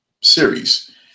series